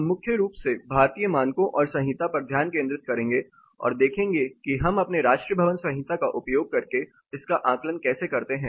हम मुख्य रूप से भारतीय मानकों और संहिता पर ध्यान केंद्रित करेंगे और देखेंगे कि हम अपने राष्ट्रीय भवन संहिता का उपयोग करके इसका आकलन कैसे करते हैं